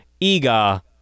Ega